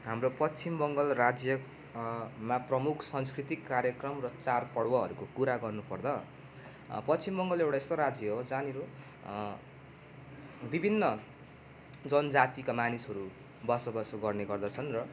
हाम्रो पश्चिम बङ्गाल राज्य मा प्रमुख सांस्कृतिक कार्यक्रम र चाड पर्वहरूको कुरा गर्नुपर्दा पश्चिम बङ्गाल एउटा यस्तो राज्य हो जहाँनिर विभिन्न जनजातिका मानिसहरू बसोबासो गर्ने गर्दछन् र